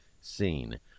seen